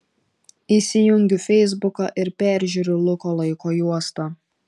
įsijungiu feisbuką ir peržiūriu luko laiko juostą